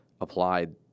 applied